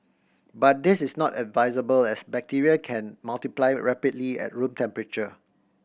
but this is not advisable as bacteria can multiply rapidly at room temperature